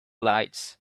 lights